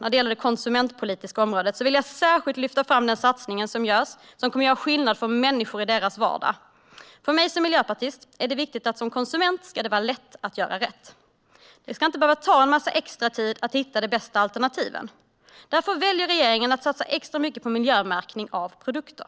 När det gäller det konsumentpolitiska området vill jag särskilt lyfta fram en satsning som görs och som kommer att göra skillnad för människor i deras vardag. För mig som miljöpartist är det viktigt att det ska vara lätt för konsumenter att göra rätt. Det ska inte behöva ta en massa extra tid att hitta de bästa alternativen. Därför väljer regeringen att satsa extra mycket på miljömärkning av produkter.